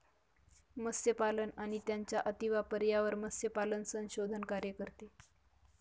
मत्स्यपालन आणि त्यांचा अतिवापर यावर मत्स्यपालन संशोधन कार्य करते